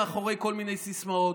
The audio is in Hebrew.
מאחורי כל מיני סיסמאות.